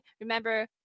remember